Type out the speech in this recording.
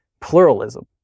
pluralism